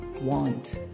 Want